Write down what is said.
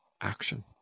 Action